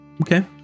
okay